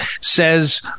says